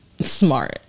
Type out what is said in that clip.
smart